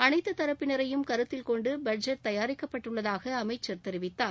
அனைத்து தரப்பினரையும் கருத்தில்கொண்டு பட்ஜெட் தயாரிக்கப்பட்டுள்ளதாக அமைச்சர் தெரிவித்தார்